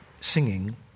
singing